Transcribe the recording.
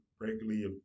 regularly